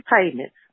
payments